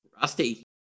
Rusty